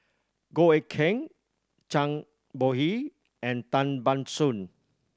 Goh Eck Kheng Zhang Bohe and Tan Ban Soon